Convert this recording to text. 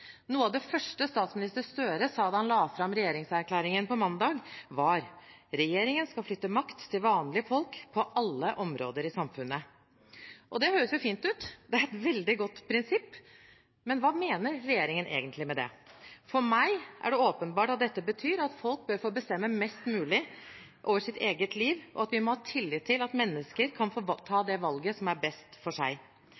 Noe av det første statsminister Gahr Støre sa da han la fram regjeringserklæringen på mandag, var: «Regjeringen skal flytte makt til vanlige folk på alle områder i samfunnet.» Det høres jo fint ut, det er et veldig godt prinsipp, men hva mener regjeringen egentlig med det? For meg er det åpenbart at dette betyr at folk bør få bestemme mest mulig over sitt eget liv, og at vi må ha tillit til at mennesker kan